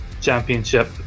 championship